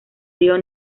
río